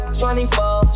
24